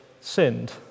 sinned